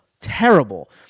terrible